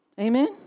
Amen